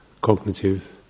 cognitive